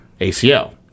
ACL